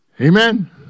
Amen